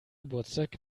geburtstag